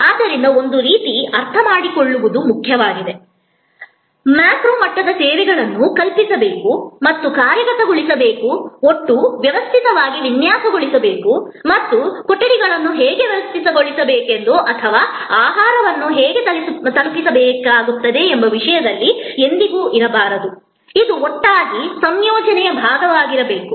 ಆದ್ದರಿಂದ ಒಂದು ರೀತಿಯಲ್ಲಿ ಇಲ್ಲಿ ಅರ್ಥಮಾಡಿಕೊಳ್ಳುವುದು ಮುಖ್ಯವಾದುದು ಮ್ಯಾಕ್ರೋ ಮಟ್ಟದ ಸೇವೆಗಳನ್ನು ಕಲ್ಪಿಸಿಕೊಳ್ಳಬೇಕು ಮತ್ತು ಕಾರ್ಯಗತಗೊಳಿಸಬೇಕು ಒಟ್ಟು ವ್ಯವಸ್ಥೆಯಾಗಿ ವಿನ್ಯಾಸಗೊಳಿಸಬೇಕು ಮತ್ತು ಕೊಠಡಿಗಳನ್ನು ಹೇಗೆ ವ್ಯವಸ್ಥೆಗೊಳಿಸಲಾಗುತ್ತದೆ ಅಥವಾ ಆಹಾರವನ್ನು ಹೇಗೆ ತಲುಪಿಸಲಾಗುತ್ತದೆ ಎಂಬ ವಿಷಯದಲ್ಲಿ ಎಂದಿಗೂ ಇರಬಾರದು ಇದು ಒಟ್ಟಾಗಿ ಸಂಯೋಜನೆಯ ಭಾಗವಾಗಿರಬೇಕು